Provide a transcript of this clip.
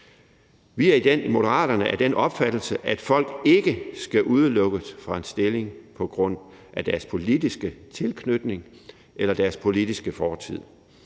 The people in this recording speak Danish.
Vi er i Moderaterne af den opfattelse, at folk ikke skal udelukkes fra en stilling på grund af deres politiske tilknytning eller deres politiske fortid.